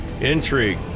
intrigue